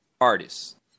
artists